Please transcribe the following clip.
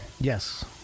yes